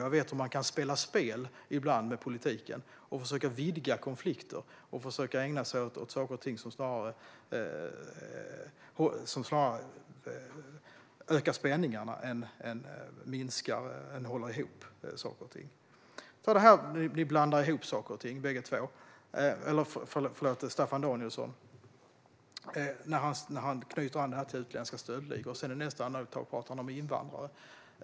Jag vet att man ibland kan spela spel med politiken, försöka vidga konflikter och ägna sig åt saker som snarare ökar spänningar än håller ihop saker och ting. Staffan Danielsson blandar ihop saker när han knyter an det till utländska stöldligor. I nästa andetag talar han om invandrare.